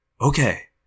Okay